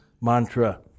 mantra